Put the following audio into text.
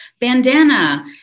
bandana